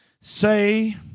say